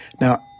Now